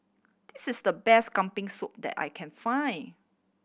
this is the best Kambing Soup that I can find